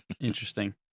Interesting